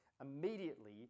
immediately